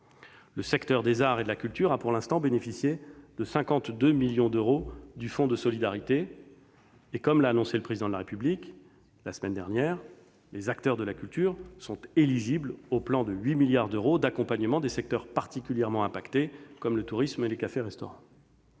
Le secteur des arts et de la culture a pour l'instant bénéficié de 52 millions d'euros du fonds de solidarité. Par ailleurs, comme l'a annoncé le Président de la République la semaine dernière, les acteurs de la culture sont éligibles au plan de 8 milliards d'euros d'accompagnement des secteurs particulièrement impactés, comme le tourisme et les cafés ou restaurants.